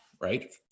right